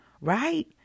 right